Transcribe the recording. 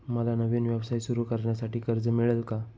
मला नवीन व्यवसाय सुरू करण्यासाठी कर्ज मिळेल का?